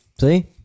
See